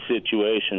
situation